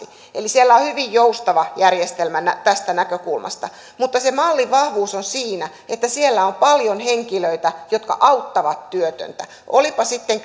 eli siellä on hyvin joustava järjestelmä tästä näkökulmasta mutta sen mallin vahvuus on siinä että siellä on paljon henkilöitä jotka auttavat työtöntä oltiinpa sitten